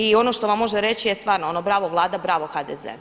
I ono što vam može reći je stvarno ono bravo Vlada, bravo HDZ.